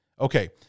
okay